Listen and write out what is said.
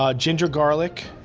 um ginger, garlic.